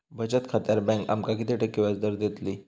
बचत खात्यार बँक आमका किती टक्के व्याजदर देतली?